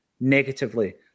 negatively